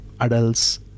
adults